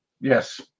Yes